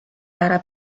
lara